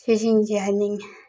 ꯁꯤꯁꯤꯡꯁꯦ ꯍꯥꯏꯅꯤꯡꯉꯦ